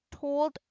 told